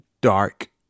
dark